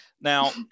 now